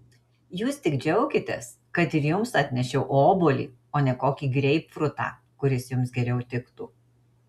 jūs tik džiaukitės kad ir jums atnešiau obuolį o ne kokį greipfrutą kuris jums geriau tiktų